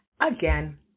Again